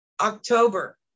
October